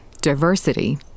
diversity